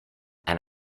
and